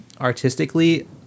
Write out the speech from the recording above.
artistically